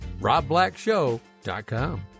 robblackshow.com